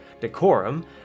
Decorum